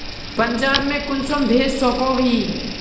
पंजाब में कुंसम भेज सकोही?